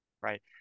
right